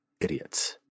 idiots